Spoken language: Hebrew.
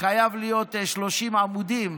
חייבים להיות 30 עמודים.